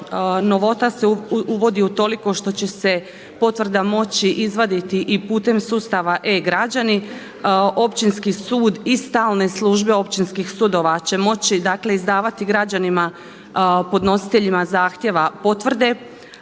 novota se uvodi u toliko što će se potvrda moći izvaditi i putem sustava e-Građani. Općinski sud i stalne službe Općinskih sudova će moći, dakle izdavati građanima podnositeljima zahtjeva potvrde,